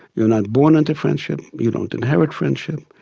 you're not born into friendship, you don't inherit friendship,